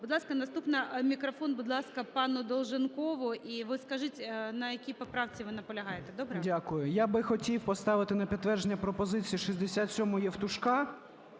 Будь ласка, наступна. Мікрофон, будь ласка, пану Долженкову. І ви скажіть, на якій поправці ви наполягаєте. Добре? 16:48:54 ДОЛЖЕНКОВ О.В. Дякую. Я би хотів поставити на підтвердження пропозицію 67 Євтушка.